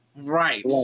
Right